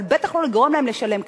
אבל בטח לא לגרום להם לשלם קנס.